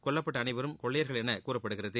கொல்லப்பட்ட அனைவரும் கொள்ளையர்கள் என கூறப்படுகிறது